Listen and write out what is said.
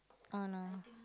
oh no